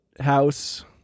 house